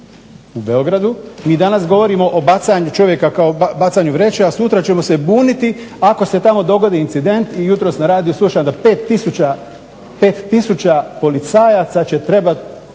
u Beogradu i danas govorimo bacanju čovjeka kao bacanju vreće, a sutra ćemo se buniti ako se tamo dogodi incident. Jutros na radiju slušam da 5 tisuća policajaca će trebati